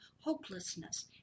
hopelessness